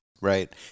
Right